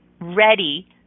ready